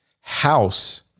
House